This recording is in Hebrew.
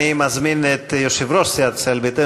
אני מזמין את יושב-ראש סיעת ישראל ביתנו